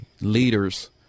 leaders